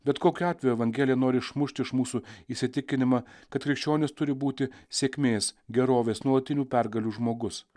bet kokiu atveju evangelija nori išmušt iš mūsų įsitikinimą kad krikščionys turi būti sėkmės gerovės nuolatinių pergalių žmogus